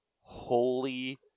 Holy